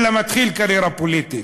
אלא מתחיל קריירה פוליטית.